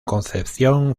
concepción